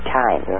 time